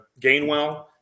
Gainwell